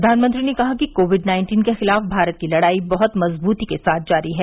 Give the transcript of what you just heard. प्रधानमंत्री ने कहा कि कोविड नाइन्टीन के खिलाफ भारत की लड़ाई बहुत मजबूती के साथ जारी है